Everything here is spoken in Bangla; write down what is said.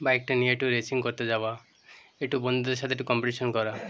বাইকটা নিয়ে একটু রেসিং করতে যাওয়া একটু বন্ধুদের সাথে একটু কম্পিটিশন করা